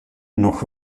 nog